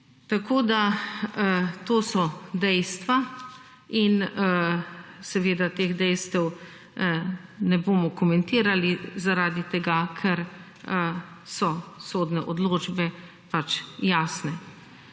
Tako, da to so dejstva. In seveda teh dejstev ne bomo komentirali zaradi tega, ker so sodne odločbe pač jasne.